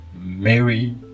Mary